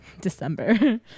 December